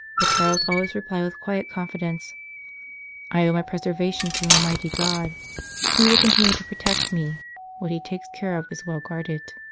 but charles always replied with quiet confidence i owe my preser vation to almighty god he will continue to protect me what he takes care of is well guarded.